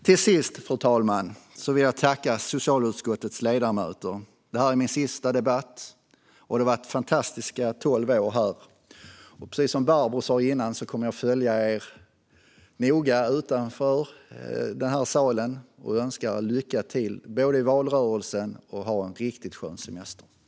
Till sist, fru talman, vill jag tacka socialutskottets ledamöter. Detta är min sista debatt här. Det har varit fantastiska tolv år. Precis som Barbro - hon sa det tidigare - kommer jag utanför den här salen att följa er noga. Jag önskar er lycka till i valrörelsen. Och ha en riktigt skön semester!